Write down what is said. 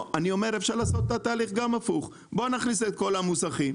אפשר לעשות את התהליך גם הפוך נכניס את כל המוסכים.